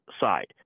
side